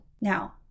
Now